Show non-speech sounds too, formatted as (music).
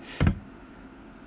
(breath)